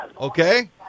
Okay